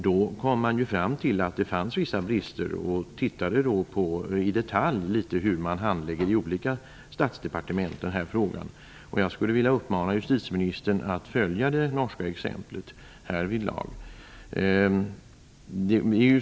Då kom man fram till att det fanns vissa brister och tittade i detalj på hur man handlägger den här frågan i olika statsdepartement. Jag skulle vilja uppmana justitieministern att följa det norska exemplet härvidlag.